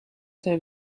ter